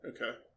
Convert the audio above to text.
okay